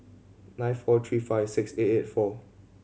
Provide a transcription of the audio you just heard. nine four three five six eight eight four